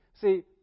See